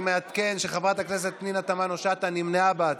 אני מעדכן שחברת הכנסת פנינה תמנו שטה נמנעה בהצבעה,